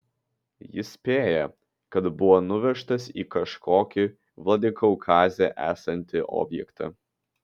jis spėja kad buvo nuvežtas į kažkokį vladikaukaze esantį objektą